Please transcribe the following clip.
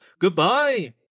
goodbye